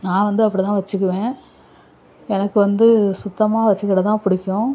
நான் வந்து அப்படி தான் வச்சுக்குவேன் எனக்கு வந்து சுத்தமாக வச்சுக்கிட தான் பிடிக்கும்